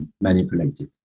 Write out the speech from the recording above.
manipulated